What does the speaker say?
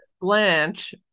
blanche